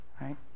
Right